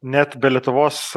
net be lietuvos